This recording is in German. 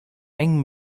eng